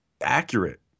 accurate